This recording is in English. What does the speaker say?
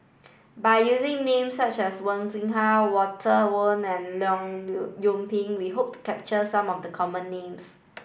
by using names such as Wen Jinhua Walter Woon and Leong Yoon Pin we hope to capture some of the common names